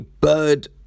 Bird